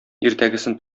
иртәгесен